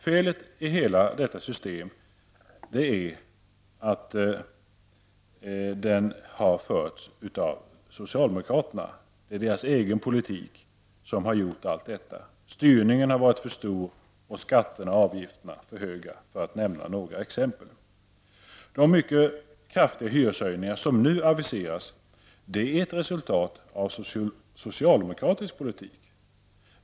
Felet i hela detta system är att politiken har förts av socialdemokraterna. Det är deras egen politik. Styrningen är för stor och skatterna och avgifterna för höga, för att nämna några exempel. De mycket kraftiga hyreshöjningar som nu aviseras är ett resultat av socialdemokratisk politik.